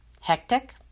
Hectic